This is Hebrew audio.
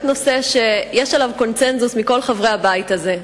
נושא שיש עליו קונסנזוס של כל חברי הבית הזה.